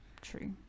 true